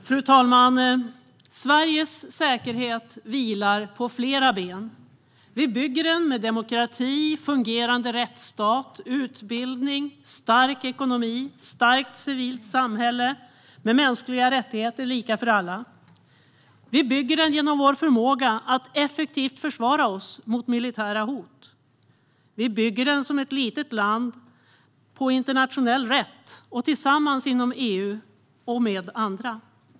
Fru talman! Sveriges säkerhet vilar på flera ben. Vi bygger den med demokrati, fungerande rättsstat, utbildning, stark ekonomi, starkt civilt samhälle och med mänskliga rättigheter lika för alla. Vi bygger den genom vår förmåga att effektivt försvara oss mot militära hot. Vi bygger den som ett litet land på internationell rätt och tillsammans inom EU och med andra.